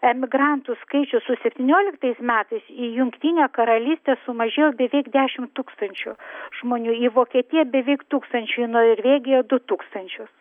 emigrantų skaičių su septynioliktais metais į jungtinę karalystę sumažėjo beveik dešim tūkstančių žmonių į vokietiją beveik tūkstančiu į norvėgiją du tūkstančius